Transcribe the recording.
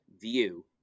View